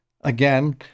again